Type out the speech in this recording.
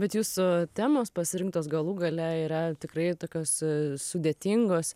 bet jūsų temos pasirinktos galų gale yra tikrai tokios sudėtingos